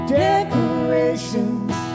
decorations